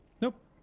Nope